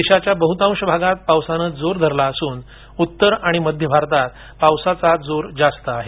देशाच्या बहुतांश भागात पावसानं चांगला जोर धरला असून उत्तर आणि मध्य भारतात पावसाचा जोर जास्त आहे